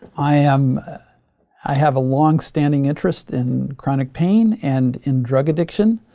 i um i have a long standing interest in chronic pain and in drug addiction.